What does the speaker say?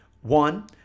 One